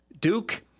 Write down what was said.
Duke